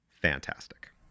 Fantastic